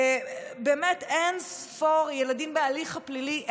באמת, אין ספור ילדים בהליך הפלילי.